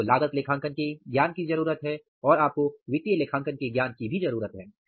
आपको लागत लेखांकन के ज्ञान की जरूरत है और आप को वित्तीय लेखांकन के ज्ञान की भी जरूरत है